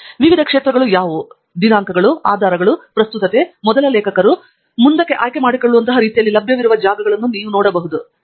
ಮತ್ತು ವಿವಿಧ ಕ್ಷೇತ್ರಗಳು ಯಾವುವು ನೀವು ದಿನಾಂಕಗಳು ಆಧಾರಗಳು ಪ್ರಸ್ತುತತೆ ಮೊದಲ ಲೇಖಕರು ಮತ್ತು ಮುಂದಕ್ಕೆ ಆಯ್ಕೆ ಮಾಡಿಕೊಳ್ಳುವಂತಹ ರೀತಿಯಲ್ಲಿ ಲಭ್ಯವಿರುವ ಜಾಗಗಳನ್ನು ನೀವು ನೋಡಬಹುದು